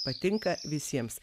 patinka visiems